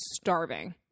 starving